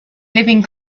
living